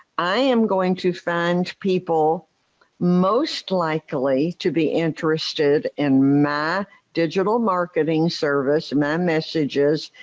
i am going to find people most likely to be interested in my digital marketing service, my messages,